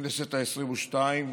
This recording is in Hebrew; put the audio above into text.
הכנסת העשרים-ושתיים,